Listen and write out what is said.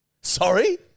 Sorry